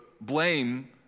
blame